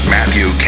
Matthew